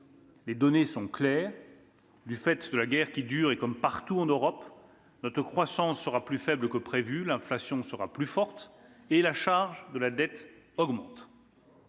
Les données sont claires. Du fait de la guerre qui dure, et comme partout en Europe, notre croissance économique sera plus faible que prévu, l'inflation sera plus forte et la charge de la dette augmentera.